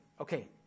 Okay